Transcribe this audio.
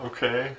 Okay